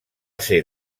ser